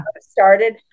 started